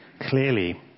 clearly